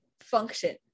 function